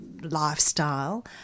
lifestyle